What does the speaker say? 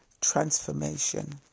transformation